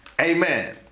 Amen